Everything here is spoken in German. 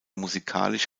musikalisch